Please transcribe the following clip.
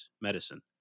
medicine